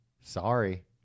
Sorry